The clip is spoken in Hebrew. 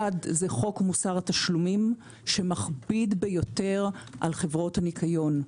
אחד זה חוק מוסר התשלומים שמכביד ביותר על חברות הניקיון.